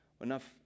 enough